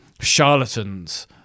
charlatans